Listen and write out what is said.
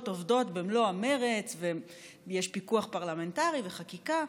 עובדות במלוא המרץ ויש פיקוח פרלמנטרי וחקיקה.